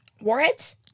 Warheads